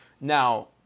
Now